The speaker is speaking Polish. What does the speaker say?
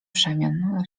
przemian